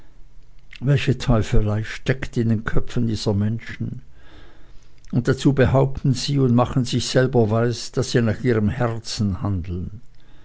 welche teufelei steckt in den köpfen dieser menschen und dazu behaupten sie und machen sich selber weis daß sie nach ihrem herzen handeln